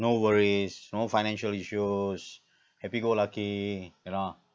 no worries no financial issues happy-go-lucky you know